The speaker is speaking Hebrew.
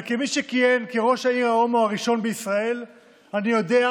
אבל כמי שכיהן כראש העיר ההומו הראשון בישראל אני יודע,